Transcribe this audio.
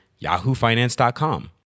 yahoofinance.com